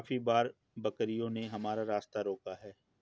काफी बार बकरियों ने हमारा रास्ता रोका है